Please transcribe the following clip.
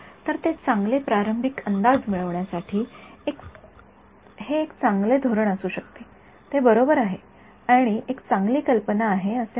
तर ते चांगले प्रारंभिक अंदाज मिळवण्यासाठी हे एक चांगले धोरण असू शकते ते बरोबर आहे आणि एक चांगली कल्पना असे म्हणूया